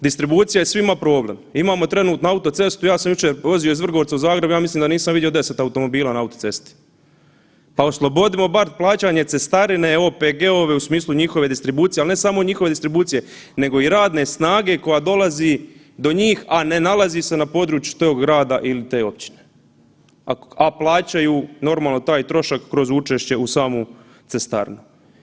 Distribucija je svima problem, imamo trenutno autocestu, ja sam jučer vozio iz Vrgorca u Zagreb ja mislim da nisam vidio deset automobila na autocesti, pa oslobodimo bar plaćanja cestarine OPG-ove u smislu njihove distribucije, ali ne samo njihove distribucije nego i radne snage koja dolazi do njih, a ne nalazi se na području tog grada ili te općine, a plaćaju normalno taj trošak kroz učešće u samu cestarinu.